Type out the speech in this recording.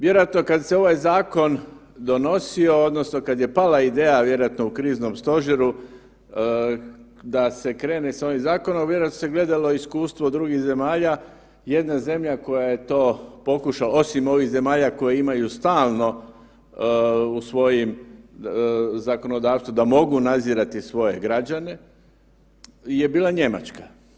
Vjerojatno kad se ovaj zakon donosio odnosno kad je pala ideja, vjerojatno u kriznom stožeru, da se krene s ovim zakonom, vjerojatno se gledalo iskustvo drugih zemalja, jedna zemlja koja je to pokušala, osim ovih zemalja koje imaju stalno u svojim zakonodavstvu da mogu nadzirati svoje građana je bila Njemačka.